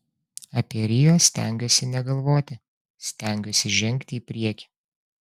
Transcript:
apie rio stengiuosi negalvoti stengiuosi žengti į priekį